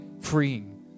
freeing